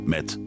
Met